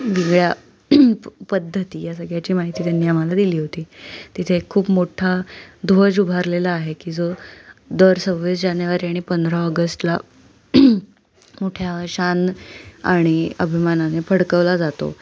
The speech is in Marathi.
वेगळ्या प पद्धती या सगळ्याची माहिती त्यांनी आम्हाला दिली होती तिथे खूप मोठा ध्वज उभारलेला आहे की जो दर सव्वीस जानेवारी आणि पंधरा ऑगस्टला मोठ्या शान आणि अभिमानाने फडकवला जातो